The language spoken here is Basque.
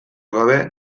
gabe